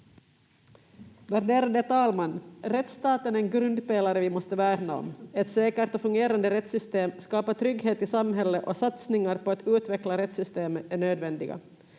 Värderade talman! Rättsstaten är en grundpelare vi måste värna om. Ett säkert och fungerande rättssystem skapar trygghet i samhället, och satsningar på att utveckla rättssystemet är nödvändiga.